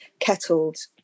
kettled